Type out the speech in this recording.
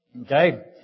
Okay